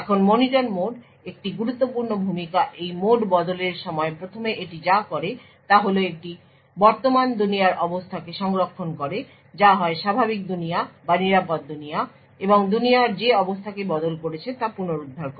এখন monitor mode একটি গুরুত্বপূর্ণ ভূমিকা এই মোড বদলের সময় প্রথমে এটি যা করে তা হল এটি বর্তমান দুনিয়ার অবস্থাকে সংরক্ষণ করে যা হয় স্বাভাবিক দুনিয়া বা নিরাপদ দুনিয়া এবং দুনিয়ার যে অবস্থাকে বদল করেছে তা পুনরুদ্ধার করে